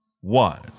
One